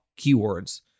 keywords